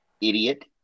idiot